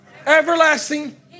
Everlasting